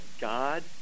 God